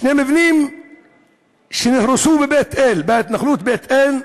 שני מבנים שנהרסו בבית-אל, בהתנחלות בית-אל,